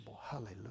Hallelujah